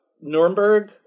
Nuremberg